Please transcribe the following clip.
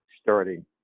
starting